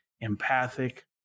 empathic